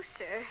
sir